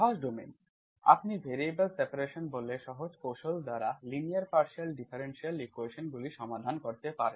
সহজ ডোমেইন্স আপনি variable separation বলে সহজ কৌশল দ্বারা লিনিয়ার পার্শিয়াল ডিফারেনশিয়াল ইকুয়েশন্সগুলি সমাধান করতে পারেন